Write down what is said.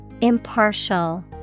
impartial